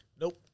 Nope